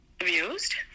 abused